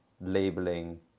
labeling